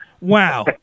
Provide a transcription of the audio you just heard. Wow